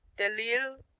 de lile,